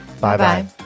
bye-bye